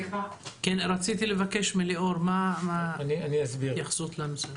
רציתי לבקש מליאור התייחסות לנושא הזה.